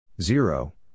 Zero